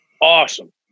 awesome